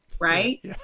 Right